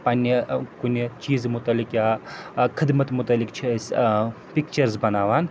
پننہِ کُنہِ چیٖزٕ متعلق یا ٲں خدمت متعلق چھِ أسۍ ٲں پِکچٲرس بَناوان